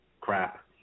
crap